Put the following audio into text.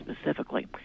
specifically